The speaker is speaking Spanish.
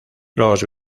los